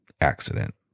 accident